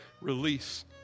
release